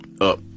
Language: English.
up